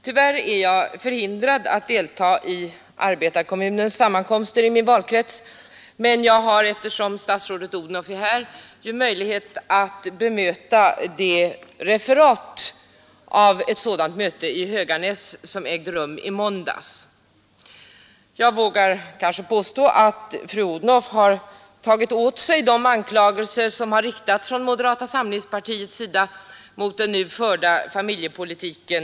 Tyvärr är jag förhindrad att delta i arbetarkommunernas sammankomster i min valkrets. Men jag har, eftersom statsrådet Odhnoff är här, möjlighet att bemöta ett referat av ett sådant möte som ägde rum i Höganäs i måndags. Jag vågar kanske påstå att fru Odhnoff har tagit åt sig de anklagelser som riktats från moderata samlingspartiets sida mot den nu förda familjepolitiken.